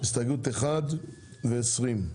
הסתייגות 1, ולחילופין: